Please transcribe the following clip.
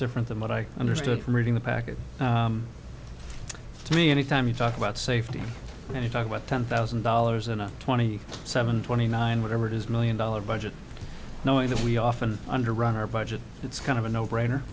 different than what i understood from reading the packet to me any time you talk about safety and you talk about ten thousand dollars in a twenty seven twenty nine whatever it is million dollar budget knowing that we often under run our budget it's kind of a no brainer